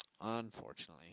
Unfortunately